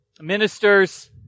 Ministers